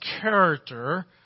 character